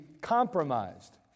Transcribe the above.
compromised